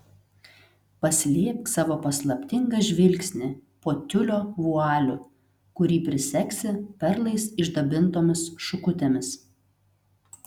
paslėpk savo paslaptingą žvilgsnį po tiulio vualiu kurį prisegsi perlais išdabintomis šukutėmis